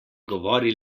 govori